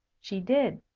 she did.